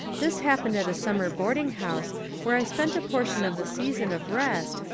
this' happened at a summer boarding-house where i spent a portion of the season of rest,